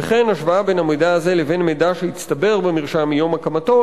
וכן השוואה בין המידע הזה לבין מידע שהצטבר במרשם מיום הקמתו,